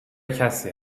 کسی